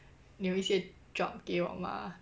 你有一些 job 给我吗